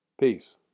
Peace